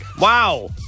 Wow